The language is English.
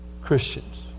Christians